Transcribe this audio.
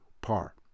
par